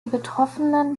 betroffenen